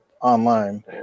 online